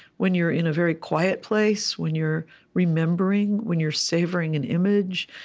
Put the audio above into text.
when you're in a very quiet place, when you're remembering, when you're savoring an image,